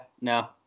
no